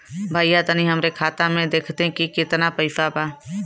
भईया तनि हमरे खाता में देखती की कितना पइसा बा?